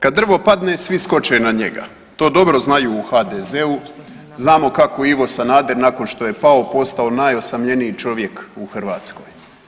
Kad drvo padne svi skoče na njega, to dobro znaju u HDZ-u, znamo kako je Ivo Sanader nakon što je pao postao najosamljeniji čovjek u Hrvatskoj.